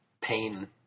pain